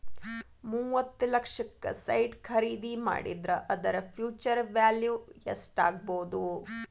ಮೂವತ್ತ್ ಲಕ್ಷಕ್ಕ ಸೈಟ್ ಖರಿದಿ ಮಾಡಿದ್ರ ಅದರ ಫ್ಹ್ಯುಚರ್ ವ್ಯಾಲಿವ್ ಯೆಸ್ಟಾಗ್ಬೊದು?